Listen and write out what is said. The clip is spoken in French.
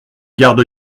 garde